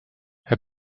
herr